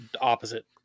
opposite